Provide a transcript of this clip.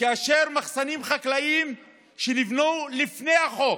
על מחסנים חקלאיים שנבנו לפני החוק,